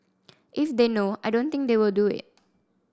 if they know I don't think they will do it